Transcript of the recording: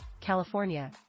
California